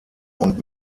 und